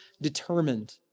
determined